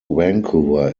vancouver